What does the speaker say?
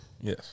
Yes